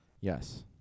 Yes